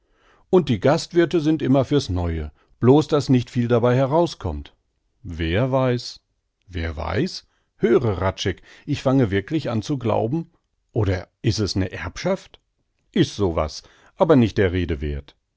und die gastwirthe sind immer fürs neue blos daß nicht viel dabei heraus kommt wer weiß wer weiß höre hradscheck ich fange wirklich an zu glauben oder is es ne erbschaft is so was aber nicht der rede werth